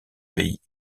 pays